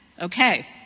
Okay